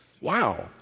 Wow